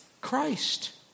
Christ